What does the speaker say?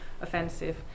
offensive